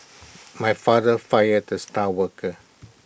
my father fired the star worker